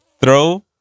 throw